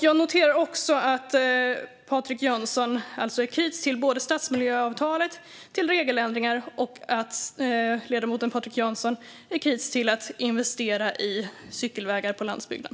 Jag noterar att Patrik Jönsson alltså är kritisk till både stadsmiljöavtalet och regeländringar och att ledamoten även är kritisk till att investera i cykelvägar på landsbygden.